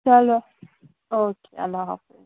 چلو او کے اللہ حافِظ